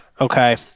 okay